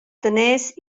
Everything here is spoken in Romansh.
daners